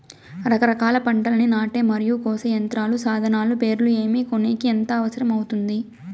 రకరకాల పంటలని నాటే మరియు కోసే యంత్రాలు, సాధనాలు పేర్లు ఏమి, కొనేకి ఎంత అవసరం అవుతుంది?